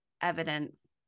evidence